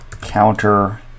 counter